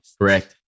Correct